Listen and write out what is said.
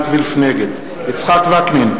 נגד יצחק וקנין,